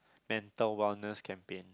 mental wellness campaign